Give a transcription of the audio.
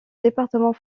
département